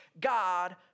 God